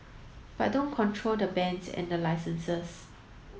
but don't control the bands and the licenses